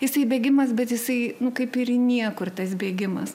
jisai bėgimas bet jisai nu kaip ir į niekur tas bėgimas